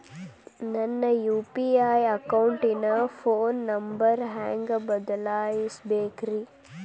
ನನ್ನ ಯು.ಪಿ.ಐ ಅಕೌಂಟಿನ phone number ಹೆಂಗ್ ಬದಲಾಯಿಸ ಬೇಕ್ರಿ?